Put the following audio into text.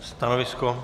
Stanovisko?